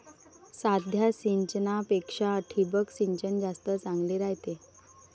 साध्या सिंचनापेक्षा ठिबक सिंचन जास्त चांगले रायते